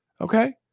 Okay